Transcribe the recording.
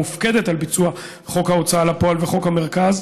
המופקדת על ביצוע חוק ההוצאה לפועל וחוק המרכז,